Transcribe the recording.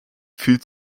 fühlt